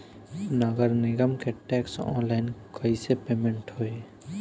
नगर निगम के टैक्स ऑनलाइन कईसे पेमेंट होई?